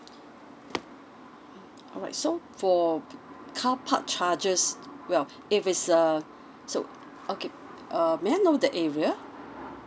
alright so for car park charges well if it's uh so okay um may I know that area